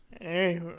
Hey